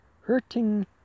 Hurting